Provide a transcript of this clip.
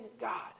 God